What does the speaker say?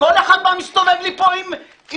כל אחד מסתובב לי פה עם מסמן.